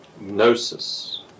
Gnosis